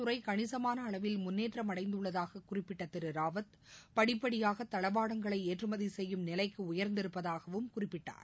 துறைகணிசமானஅளவில் பாகுகாப்பு முன்னேற்றமடைந்துள்ளதாககுறிப்பிட்டதிருறாவத் படிபடியாகதளவாடங்களைஏற்றுமதிசெய்யும் நிலைக்குஉயர்ந்திருப்பதாகவும் அவர் குறிப்பிட்டார்